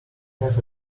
have